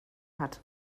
hat